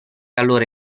allora